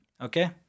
Okay